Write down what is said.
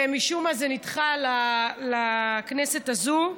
ומשום מה זה נדחה לכנסת הזאת.